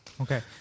Okay